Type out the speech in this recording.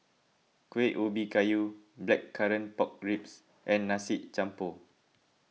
Kueh Ubi Kayu Blackcurrant Pork Ribs and Nasi Campur